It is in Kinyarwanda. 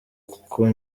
kuko